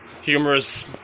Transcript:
humorous